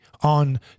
on